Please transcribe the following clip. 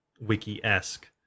wiki-esque